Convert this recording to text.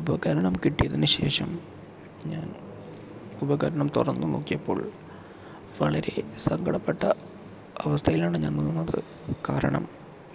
ഉപകരണം കിട്ടിയതിന് ശേഷം ഞാൻ ഉപകരണം തുറന്നു നോക്കിയപ്പോൾ വളരെ സങ്കടപെട്ട അവസ്ഥയിലാണ് ഞാൻ നിന്നത് കാരണം